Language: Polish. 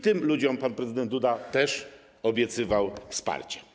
Tym ludziom pan prezydent też obiecywał wsparcie.